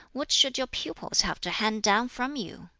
what should your pupils have to hand down from you?